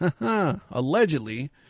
allegedly